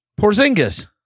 Porzingis